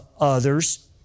others